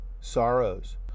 sorrows